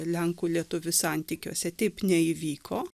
lenkų lietuvių santykiuose taip neįvyko